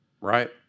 right